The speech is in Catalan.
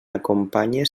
acompanye